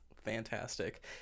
fantastic